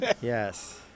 Yes